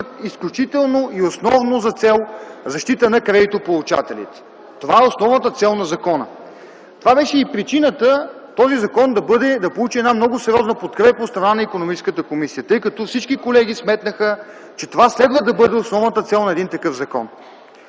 изключително и основно за цел защита на кредитополучателят. Това е основната цел на закона. Това беше и причината този закон да получи една много сериозна подкрепа от страна на Икономическата комисия, тъй като всички колеги сметнаха, че това следва да бъде основната цел на един такъв закон.